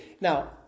now